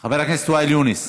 חבר הכנסת ואאל יונס,